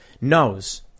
knows